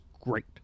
great